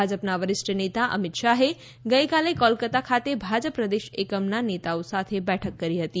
ભાજપના વરિષ્ઠ નેતા અમિત શાહે ગઇકાલે કોલકતા ખાતે ભાજપ પ્રદેશ એકમના નેતાઓ સાથે બેઠક કરી હતી